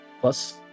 plus